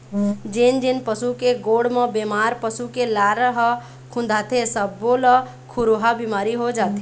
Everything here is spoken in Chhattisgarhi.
जेन जेन पशु के गोड़ म बेमार पसू के लार ह खुंदाथे सब्बो ल खुरहा बिमारी हो जाथे